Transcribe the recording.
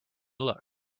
look